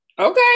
Okay